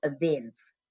events